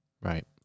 Right